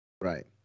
Right